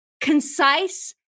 concise